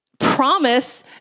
promise